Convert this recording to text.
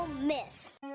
miss